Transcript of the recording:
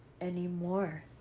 anymore